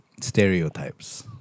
stereotypes